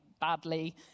badly